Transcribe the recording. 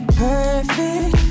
perfect